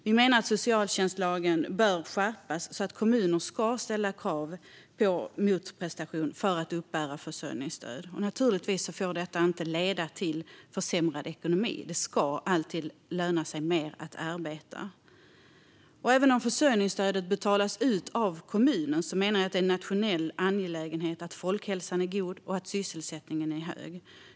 Vi menar att socialtjänstlagen bör skärpas så att kommuner ska ställa krav på motprestation för försörjningsstöd. Naturligtvis får detta inte leda till försämrad ekonomi; det ska alltid löna sig mer att arbeta. Även om försörjningsstödet betalas ut av kommuner menar jag att det är en nationell angelägenhet att folkhälsan är god och att sysselsättningen är hög.